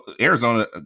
Arizona